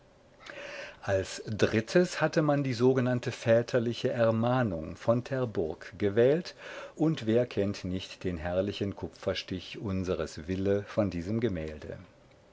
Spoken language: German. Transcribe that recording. als drittes hatte man die sogenannte väterliche ermahnung von terburg gewählt und wer kennt nicht den herrlichen kupferstich unseres wille von diesem gemälde